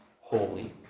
holy